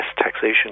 taxation